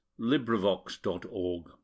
LibriVox.org